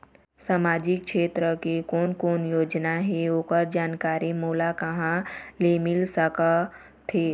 सामाजिक क्षेत्र के कोन कोन योजना हे ओकर जानकारी मोला कहा ले मिल सका थे?